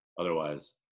otherwise